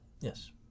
Yes